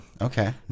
Okay